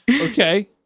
Okay